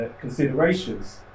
considerations